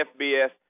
FBS